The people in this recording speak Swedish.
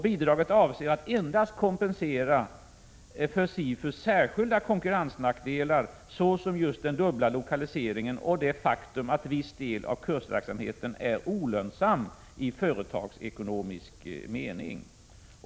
Bidraget avser att endast kompensera för SIFU:s särskilda konkurrensnackdelar såsom den dubbla lokaliseringen och det faktum att viss del av kursverksamheten är olönsam i företagsekonomisk mening.